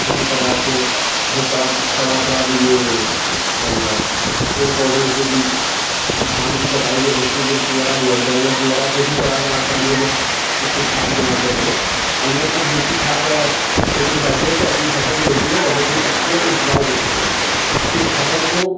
अन्य प्रकार के जैसे सड़ा सड़ा फड़ा ये क्या हुआ पेड़ पौधे जैसे कि धान की कटाई जब होती है जो पुअरा बोलते हैं लोग पुअरा को भी सड़ा गला कर हम लोग उसकी खाद बनाते हैं और वो सब देसी खाद खेत में डालते हैं तो अपनी फ़सल जो होती है बहुत ही अच्छी और उपजाऊ होती है इस फ़सल को